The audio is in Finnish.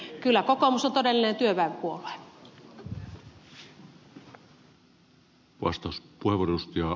eli kyllä kokoomus on todellinen työväenpuolue